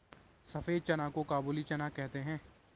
सफेद चना को काबुली चना कहते हैं